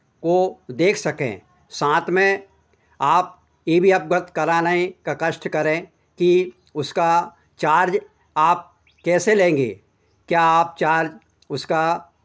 को देख सकें साथ में आप ये भी अवगत कराने का कष्ट करें कि उसका चार्ज़ आप कैसे लेंगे क्या आप चार्ज़ उसका